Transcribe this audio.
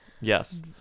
Yes